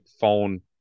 phone